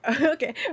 okay